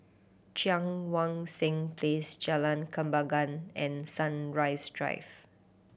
Cheang Wan Seng Place Jalan Kembangan and Sunrise Drive